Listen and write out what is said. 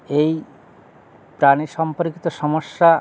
এই প্রাণী সম্পর্কিত সমস্যা